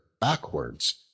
backwards